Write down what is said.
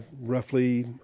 roughly